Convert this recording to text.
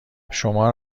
شما